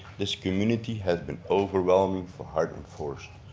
this community has been overwhelming for heartland forest.